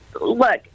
look